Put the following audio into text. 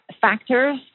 factors